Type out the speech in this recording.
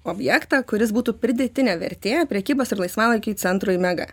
objektą kuris būtų pridėtinė vertė prekybos ir laisvalaikiui centrui mega